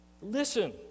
listen